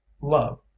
love